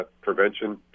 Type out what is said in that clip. prevention